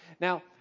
Now